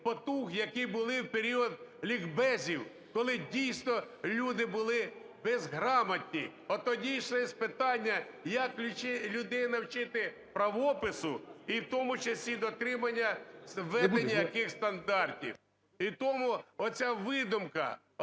потуг, які були в період лікбезів, коли дійсно люди були безграмотні, от тоді йшли испытания як людей навчити правопису, і в тому числі дотримання введення яких стандартів. І тому оця видумка,